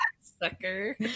Sucker